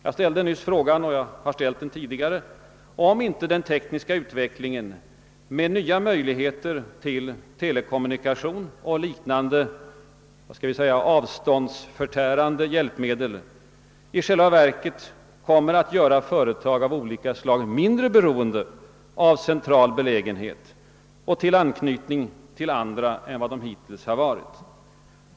Jag ställde nyss frågan, och jag har ställt den tidigare, om inte den tekniska utvecklingen med nya möjligheter till telekommunikation och liknande skall vi säga »avståndsförtärande» hjälpmedel i själva verket kommer att göra företag av olika slag mindre beroende av central belägenhet och av anknytning till andra än de hittills har varit.